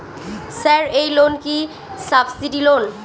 Sir এই loan কি subsidy loan?